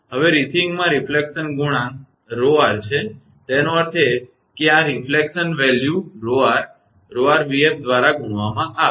હવે રિસીવીંગમાં રિફલેકશન ગુણાંક એ 𝜌𝑟 છે તેનો અર્થ એ કે આ પ્રતિબિંબ મૂલ્ય 𝜌𝑟 𝜌𝑟𝑣𝑓 દ્વારા ગુણાકાર કરવામાં આવે છે